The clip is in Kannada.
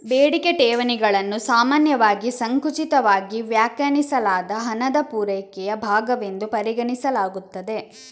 ಬೇಡಿಕೆ ಠೇವಣಿಗಳನ್ನು ಸಾಮಾನ್ಯವಾಗಿ ಸಂಕುಚಿತವಾಗಿ ವ್ಯಾಖ್ಯಾನಿಸಲಾದ ಹಣದ ಪೂರೈಕೆಯ ಭಾಗವೆಂದು ಪರಿಗಣಿಸಲಾಗುತ್ತದೆ